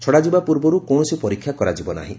ଛଡ଼ାଯିବା ପୂର୍ବରୁ କୌଣସି ପରୀକ୍ଷା କରାଯିବ ନାହିଁ